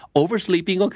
oversleeping